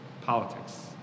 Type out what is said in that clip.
politics